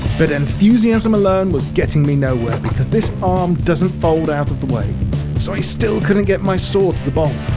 but enthusiasm alone was getting me nowhere because this arm doesn't fold out of the way so i still couldn't get my saw to the bolt.